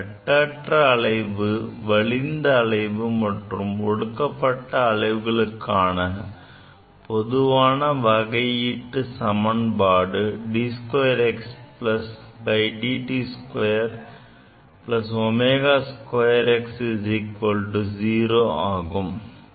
கட்டற்ற அலைவு வலிந்த அலைவு மற்றும் ஒடுக்கப்பட்ட அலைவுகளுக்கான பொதுவான வகையீட்டு சமன்பாடு d2xdt2 ω 2x 0 ஆகும்